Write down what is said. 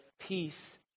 peace